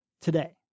today